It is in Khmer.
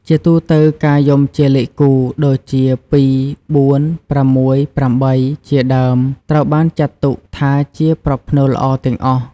ជាទូទៅ ការយំជាលេខគូ ដូចជា ២, ៤, ៦, ៨ ជាដើម ត្រូវបានចាត់ទុកថាជាប្រផ្នូលល្អទាំងអស់។